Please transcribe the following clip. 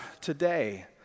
today